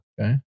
Okay